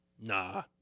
Nah